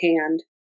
hand